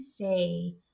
say